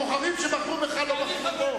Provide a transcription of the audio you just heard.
הבוחרים שבחרו בך לא בחרו בו.